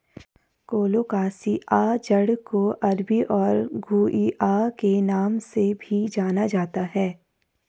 colocasia जड़ को अरबी और घुइआ के नाम से भी जाना जाता है